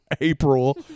April